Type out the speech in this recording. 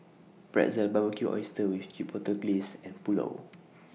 Pretzel Barbecued Oysters with Chipotle Glaze and Pulao